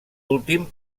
últim